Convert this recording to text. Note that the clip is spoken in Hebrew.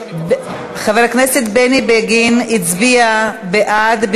חבר הכנסת בני בגין הצביע בעד.